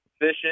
fishing